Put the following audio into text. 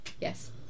Yes